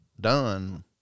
done